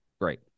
Great